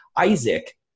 Isaac